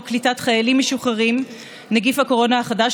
קליטת חיילים משוחררים (נגיף הקורונה החדש,